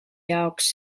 jaoks